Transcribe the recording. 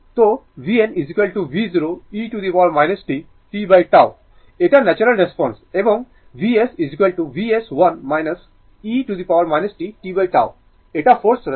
তো vn v0 e t tτ এটা natural response এবং Vs Vs 1 e t tτ এটা ফোর্সড রেসপন্স